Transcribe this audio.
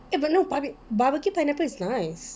eh but no barbe~ barbecue pineapple is nice